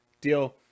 deal